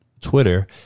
twitter